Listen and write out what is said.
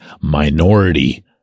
minority